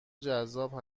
جذاب